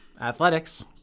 Athletics